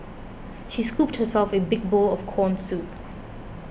she scooped herself a big bowl of Corn Soup